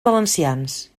valencians